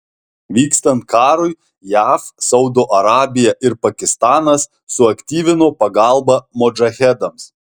vykstant karui jav saudo arabija ir pakistanas suaktyvino pagalbą modžahedams